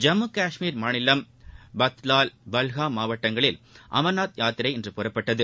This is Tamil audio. ஜம்மு காஷ்மீர் மாநிலம் பல்டால் பஹல்காம் மார்க்கங்களில் அமர்நாத் யாத்திரை இன்று புறப்பட்டது